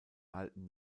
alten